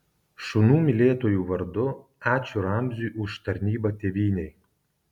šunų mylėtojų vardu ačiū ramziui už tarnybą tėvynei